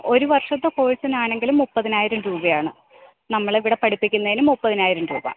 ഒരു വർഷത്തെ കോഴ്സിനാണെങ്കിൽ മുപ്പതിനായിരം രൂപയാണ് നമ്മൾ ഇവിടെ പഠിപ്പിക്കുന്നതിന് മുപ്പതിനായിരം രൂപ